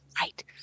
Right